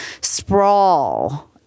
sprawl